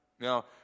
Now